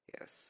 Yes